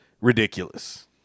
ridiculous